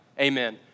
amen